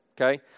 Okay